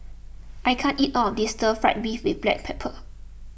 I can't eat all of this Stir Fried Beef with Black Pepper